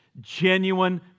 genuine